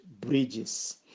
bridges